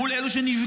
מול אלה שנבגדו,